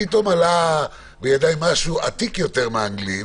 פתאום עלה בדעתי משהו עתיק יותר מן האמרה האנגלית,